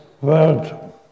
world